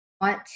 want